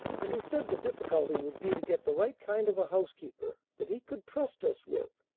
and he said the difficulty would be to get the right kind of a housekeeper that he could trust us with.